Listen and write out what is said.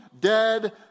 dead